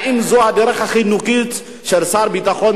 האם זו הדרך החינוכית של שר ביטחון,